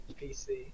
PC